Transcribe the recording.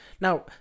now